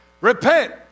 repent